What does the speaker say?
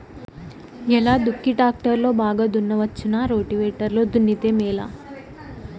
ఎలా దుక్కి టాక్టర్ లో బాగా దున్నవచ్చునా రోటివేటర్ లో దున్నితే మేలా?